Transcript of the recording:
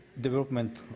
development